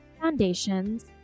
Foundations